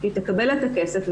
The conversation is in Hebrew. היא תקבל את הכסף,